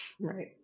Right